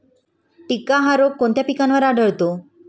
टिक्का हा रोग कोणत्या पिकावर आढळतो?